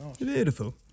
Beautiful